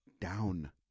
down